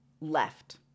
left